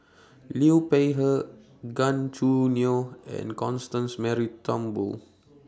Liu Peihe Gan Choo Neo and Constance Mary Turnbull